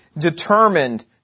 determined